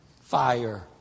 fire